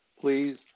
Please